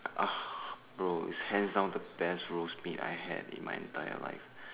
uh bro it's hands down the best roast meat I had in my entire life